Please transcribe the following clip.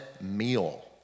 meal